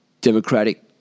Democratic